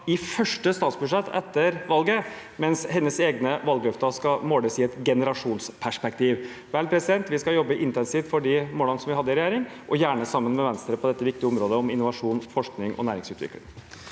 i første statsbudsjett etter valget, mens hennes egne valgløfter skal måles i et generasjonsperspektiv. Vi skal jobbe intensivt for de målene vi hadde i regjering og gjerne sammen med Venstre på dette viktige området om innovasjon, forskning og næringsutvikling.